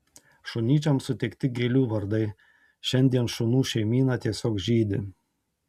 šunyčiams suteikti gėlių vardai šiandien šunų šeimyna tiesiog žydi